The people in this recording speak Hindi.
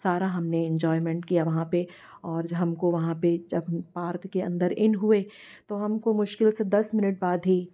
सारा हमने इजॉयमेंट किया वहाँ पर और हमको वहाँ पे जब पार्क के अंदर इन हुए तो हमको मुश्किल से दस मिनट बाद ही